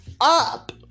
up